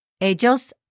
ellos